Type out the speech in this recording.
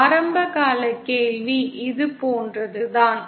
ஆரம்பகால கேள்வி இது போன்றது தான்